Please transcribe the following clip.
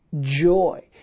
joy